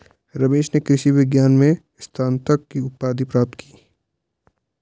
रमेश ने कृषि विज्ञान में स्नातक की उपाधि प्राप्त की